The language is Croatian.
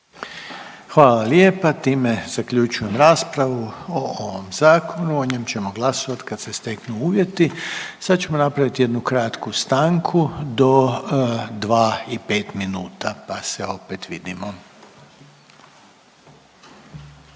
Hvala lijepa, time zaključujem raspravu o ovom zakonu, o njem ćemo glasovat kad se steknu uvjeti. Sad ćemo napravit jednu kratku stanku do 2 i 5 minuta, pa se opet vidimo. STANKA